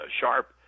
sharp